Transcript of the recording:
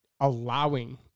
allowing